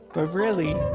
but really,